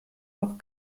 auch